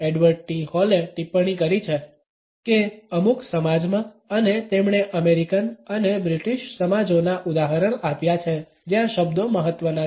Edward T હોલે ટિપ્પણી કરી છે કે અમુક સમાજમાં અને તેમણે અમેરિકન અને બ્રિટીશ સમાજોના ઉદાહરણ આપ્યા છે જ્યાં શબ્દો મહત્વના છે